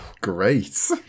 Great